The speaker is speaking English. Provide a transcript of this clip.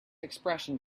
expression